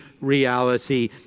reality